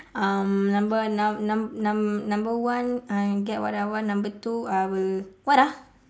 um number numb~ numb~ numb~ number one I can get what I want number two I will what ah